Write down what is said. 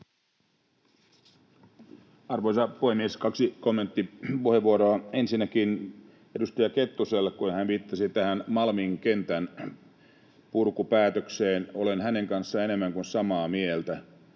Arvoisa puhemies! Kaksi kommenttipuheenvuoroa. Ensinnäkin edustaja Kettuselle, kun hän viittasi tähän Malmin kentän purkupäätökseen: Olen hänen kanssaan enemmän kuin samaa mieltä.